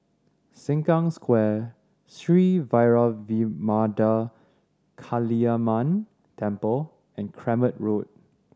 Sengkang Square Sri Vairavimada Kaliamman Temple and Kramat Road